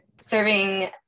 serving